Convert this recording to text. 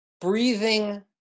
breathing